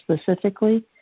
specifically